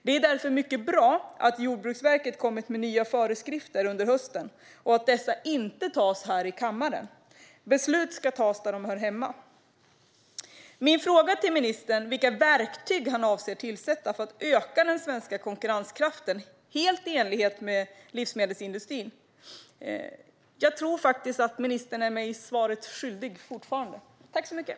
Det är därför mycket bra att Jordbruksverket har kommit med nya föreskrifter under hösten och att dessa inte tas här i kammaren. Beslut ska fattas där de hör hemma. Min fråga till ministern var vilka verktyg han avser att använda för att öka den svenska konkurrenskraften i livsmedelsindustrin. Jag tror faktiskt att ministern fortfarande är mig svaret skyldig.